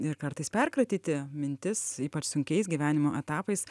ir kartais perkratyti mintis ypač sunkiais gyvenimo etapais